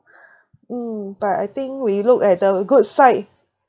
mm but I think we look at the good side